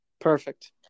Perfect